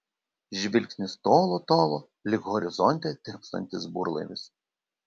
žvilgsnis tolo tolo lyg horizonte tirpstantis burlaivis